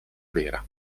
vera